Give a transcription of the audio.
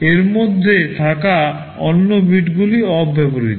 এর মধ্যে থাকা অন্য bitগুলি অব্যবহৃত